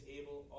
able